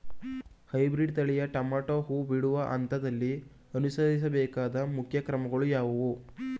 Hybrid ತಳಿಯ tomato ಹೂ ಬಿಡುವ ಹಂತದಲ್ಲಿ ಅನುಸರಿಸಬೇಕಾದ ಮುಖ್ಯ ಕ್ರಮಗಳು ಯಾವುವು?